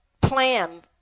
plan